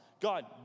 God